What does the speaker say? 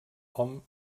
hom